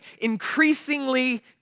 increasingly